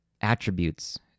attributes